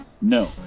No